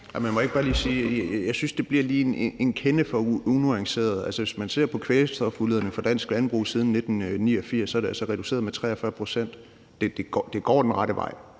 Jeg synes, det bliver lige en kende for unuanceret. Altså, hvis man ser på kvælstofudledningerne fra dansk landbrug siden 1989, er de altså reduceret med 43 pct. Det går den rette vej,